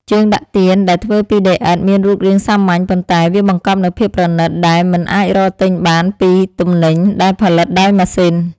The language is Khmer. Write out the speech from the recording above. ជើងដាក់ទៀនដែលធ្វើពីដីឥដ្ឋមានរូបរាងសាមញ្ញ ប៉ុន្តែ វាបង្កប់នូវភាពប្រណីតដែលមិនអាចរកទិញបានពីទំនិញដែលផលិតដោយម៉ាស៊ីន។